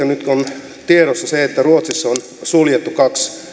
nyt kun on tiedossa se että ruotsissa on suljettu kaksi